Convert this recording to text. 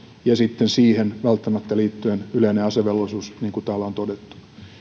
ja sitten siihen välttämättä liittyen yleinen asevelvollisuus niin kuin täällä on todettu